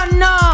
no